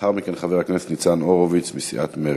לאחר מכן, חבר הכנסת ניצן הורוביץ מסיעת מרצ.